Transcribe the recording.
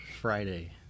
Friday